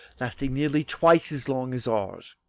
lasting nearly twice as long as ours,